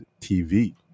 TV